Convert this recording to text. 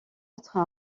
autres